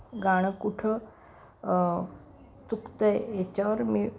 गाणं कुठं चुकतं आहे याच्यावर मी